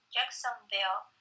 Jacksonville